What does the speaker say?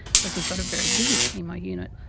so if you've got a very busy chemo unit,